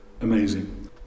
amazing